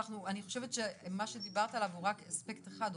אני חושבת שמה שדיברת עליו הוא אספקט אחד,